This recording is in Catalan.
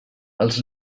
els